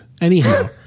Anyhow